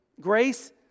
Grace